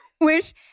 wish